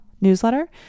newsletter